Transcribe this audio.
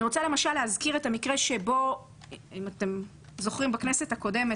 אני רוצה להזכיר את המקרה בכנסת הקודמת